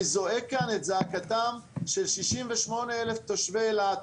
אני זועק כאן את זעקתם של 68 אלף תושבי אילת,